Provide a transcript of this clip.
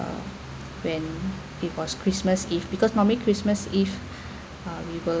when it was christmas eve because normally christmas eve uh we will